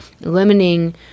limiting